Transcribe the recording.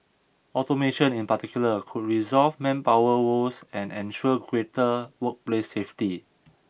automation in particular could resolve manpower woes and ensure greater workplace safety